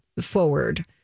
forward